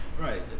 Right